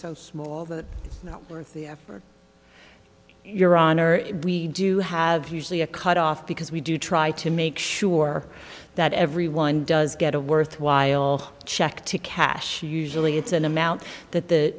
check worth the effort your honor we do have usually a cut off because we do try to make sure that everyone does get a worthwhile check to cash usually it's an amount that the